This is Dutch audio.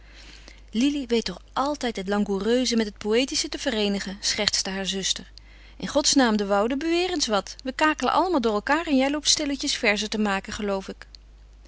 lili lili weet toch altijd het langoureuze met het poëtische te vereenigen schertste haar zuster in godsnaam de woude beweer eens wat we kakelen allemaal door elkaar en jij loopt stilletjes verzen te maken geloof ik